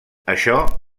això